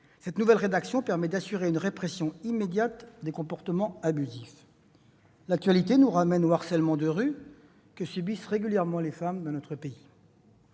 Cette nouvelle rédaction permet d'assurer une répression immédiate des comportements abusifs. L'actualité nous ramène au harcèlement de rue que subissent régulièrement les femmes dans notre pays.